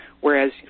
whereas